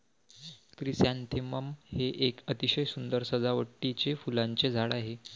chrysanthemum हे एक अतिशय सुंदर सजावटीचे फुलांचे झाड आहे